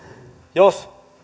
jos